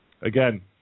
Again